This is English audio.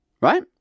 right